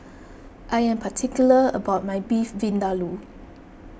I am particular about my Beef Vindaloo